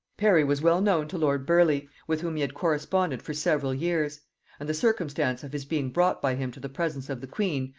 parry was well known to lord burleigh, with whom he had corresponded for several years and the circumstance of his being brought by him to the presence of the queen,